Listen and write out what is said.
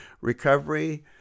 recovery